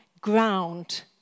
ground